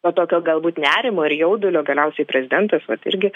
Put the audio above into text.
to tokio galbūt nerimo ir jaudulio galiausiai prezidentas vat irgi